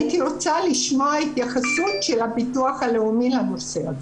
הייתי רוצה לשמוע התייחסות של הביטוח הלאומי לנושא הזה.